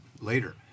later